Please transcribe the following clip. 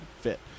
fit